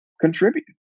contribute